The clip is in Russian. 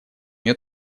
нее